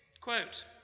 quote